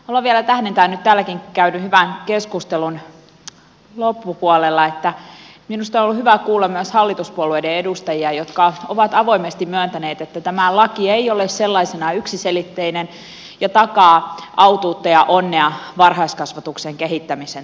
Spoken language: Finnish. haluan vielä tähdentää nyt täälläkin käydyn hyvän keskustelun loppupuolella että minusta on ollut hyvä kuulla myös hallituspuolueiden edustajia jotka ovat avoimesti myöntäneet että tämä laki ei ole sellaisenaan yksiselitteinen ja takaa autuutta ja onnea varhaiskasvatuksen kehittämisen tulevaisuudelle